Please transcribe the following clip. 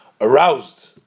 aroused